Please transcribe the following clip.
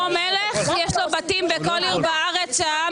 למה כמו שיש ועדה לשכר ח"כים,